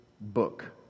book